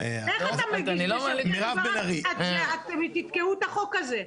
קרן ברק, אתם תתקעו את החוק הזה.